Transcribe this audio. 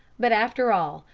but, after all,